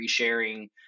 resharing